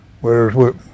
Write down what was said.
whereas